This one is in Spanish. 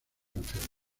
enfermo